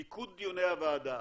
מיקוד דיוני הוועדה.